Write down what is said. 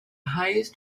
highest